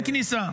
אין כניסה.